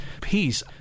peace